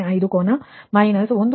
98305 ಕೋನ ಮೈನಸ್ 1